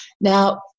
Now